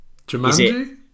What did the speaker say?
Jumanji